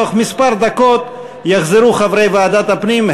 בתוך כמה דקות יחזרו חברי ועדת הפנים,